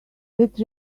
that